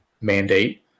mandate